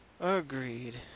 Agreed